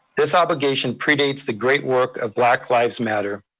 this obligation predates the great work of black lives matter,